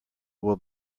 will